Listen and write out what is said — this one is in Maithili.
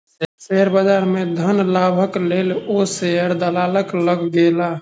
शेयर बजार में धन लाभक लेल ओ शेयर दलालक लग गेला